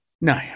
No